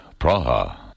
Praha